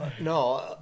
no